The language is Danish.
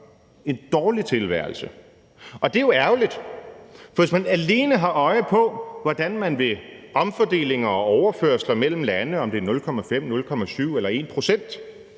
en dårlig tilværelse. Og det er jo ærgerligt, for hvis man alene har øje på at omfordele og overføre mellem lande, om det er 0,5 pct., 0,7 pct. eller 1 pct.,